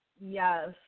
Yes